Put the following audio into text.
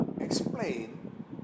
explain